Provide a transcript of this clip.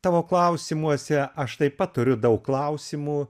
tavo klausimuose aš taip pat turiu daug klausimų